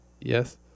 Yes